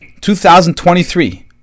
2023